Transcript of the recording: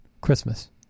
Christmas